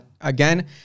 again